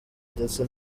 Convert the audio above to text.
ndetse